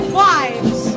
wives